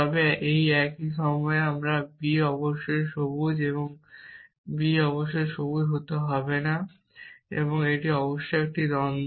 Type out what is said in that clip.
তবে এটি একই সময়ে b অবশ্যই সবুজ এবং b অবশ্যই সবুজ হতে হবে না এবং অবশ্যই এটি একটি দ্বন্দ্ব